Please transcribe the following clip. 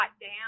down